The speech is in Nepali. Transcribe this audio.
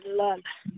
ल ल